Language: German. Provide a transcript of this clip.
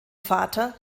vater